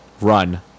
Run